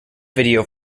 video